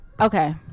okay